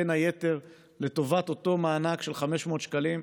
בין היתר לטובת אותו מענק של 500 שקלים.